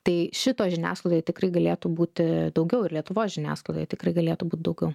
tai šito žiniasklaidoj tikrai galėtų būti daugiau ir lietuvos žiniasklaidoj tikrai galėtų būt daugiau